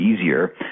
easier